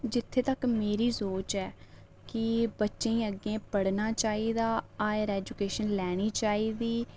जित्थै तक्कर मेरी सोच ऐ कि बच्चें गी अग्गें पढ़ना चाहिदा हायर एजुकेशन लैनी चाहिदी